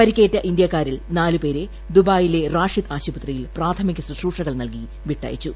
പരിക്കേറ്റ ഇന്ത്യാക്കാരിൽ നാല് പേരെ ദുബായിലെ റാഷിദ് ആശുപത്രിയിൽ പ്രാഥമിക ശുശ്രൂഷകൾ നൽകി വിട്ടയച്ചു